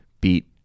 beat